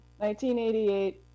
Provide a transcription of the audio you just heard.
1988